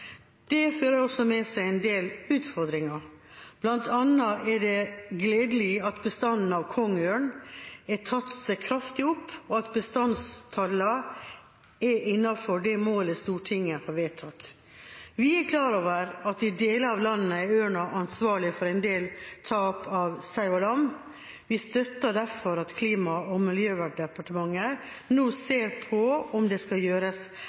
Det fører også med seg en del utfordringer. Blant annet er det gledelig at bestanden av kongeørn har tatt seg kraftig opp, og at bestandstallene er innenfor det målet Stortinget har vedtatt. Vi er klar over at i deler av landet er ørnen ansvarlig for en del tap av sau og lam. Vi støtter derfor at Klima- og miljødepartementet nå ser på om det skal gjøres